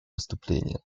выступление